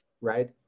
right